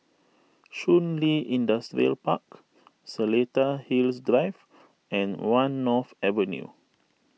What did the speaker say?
Shun Li Industrial Park Seletar Hills Drive and one North Avenue